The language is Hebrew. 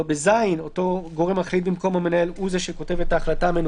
-- "או למשרד ממשלתי אחר שקבעה הממשלה לעניין זה".